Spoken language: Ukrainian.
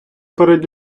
перед